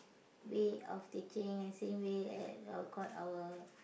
way of teaching and same way at our got our